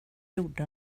gjorde